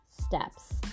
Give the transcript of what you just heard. steps